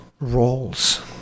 roles